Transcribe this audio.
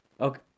okay